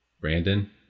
brandon